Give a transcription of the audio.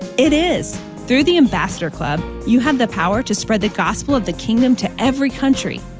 it is, through the ambassador club you have the power to spread the gospel of the kingdom to every country,